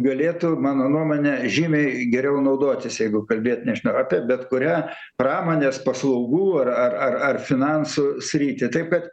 galėtų mano nuomone žymiai geriau naudotis jeigu kalbėt nežinau apie bet kurią pramonės paslaugų ar ar ar finansų sritį taip kad